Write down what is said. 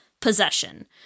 possession